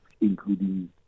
including